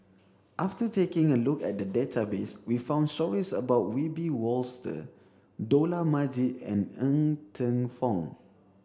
after taking a look at the database we found stories about Wiebe Wolters Dollah Majid and Ng Teng Fong